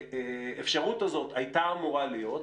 האפשרות הזאת הייתה אמורה להיות,